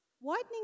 Widening